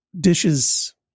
dishes